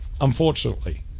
unfortunately